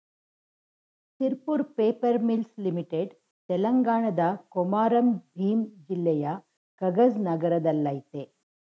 Sirpur paper mills limited ತೆಲಂಗಾಣದ ಕೊಮಾರಂ ಭೀಮ್ ಜಿಲ್ಲೆಯ ಕಗಜ್ ನಗರದಲ್ಲಯ್ತೆ